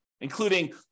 including